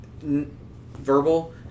verbal